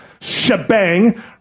shebang